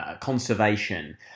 conservation